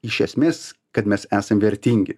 iš esmės kad mes esam vertingi